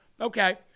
okay